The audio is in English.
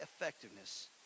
effectiveness